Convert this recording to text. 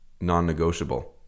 non-negotiable